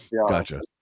gotcha